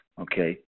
Okay